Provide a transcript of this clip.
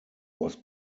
was